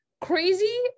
crazy